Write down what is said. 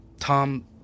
Tom